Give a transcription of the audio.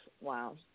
Wow